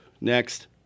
Next